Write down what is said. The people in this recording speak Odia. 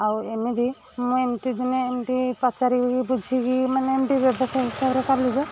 ଆଉ ଏମିତି ମୁଁ ଏମିତି ଦିନେ ଏମିତି ପଚାରିକି ବୁଝିକି ମାନେ ଏମିତି ବ୍ୟବସାୟ ହିସାବରେ କଲି ଯେ